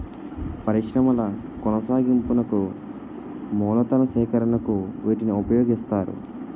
పరిశ్రమల కొనసాగింపునకు మూలతన సేకరణకు వీటిని ఉపయోగిస్తారు